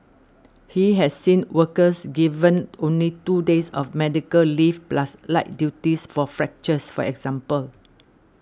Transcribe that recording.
he has seen workers given only two days of medical leave plus light duties for fractures for example